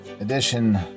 edition